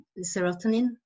serotonin